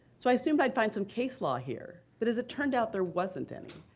so i assume i'd find some case law here, but as it turned out there wasn't any.